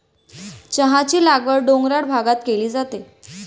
चहाची लागवड डोंगराळ भागात केली जाते